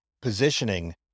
positioning